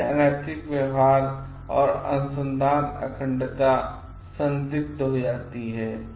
फिर से अनैतिक व्यवहार और अनुसंधान अखंडता संदिग्ध हो जाती है